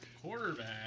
Quarterback